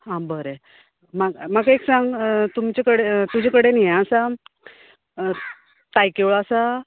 आं बरें म्हाका म्हाका एक सांग तुमचें कडेन तुजे कडेन हे आसा तायकीळो आसा